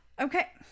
Okay